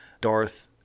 Darth